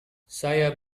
saya